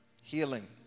healing